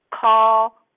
call